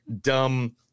dumb